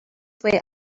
way